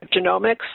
Genomics